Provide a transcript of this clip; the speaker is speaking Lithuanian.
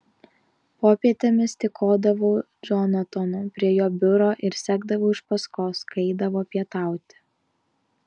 popietėmis tykodavau džonatano prie jo biuro ir sekdavau iš paskos kai eidavo pietauti